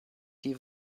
die